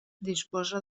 disposa